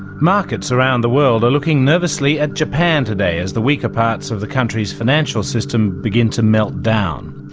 markets around the world are looking nervously at japan today as the weaker parts of the country's financial system begin to melt down.